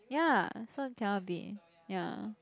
ya so cannot be ya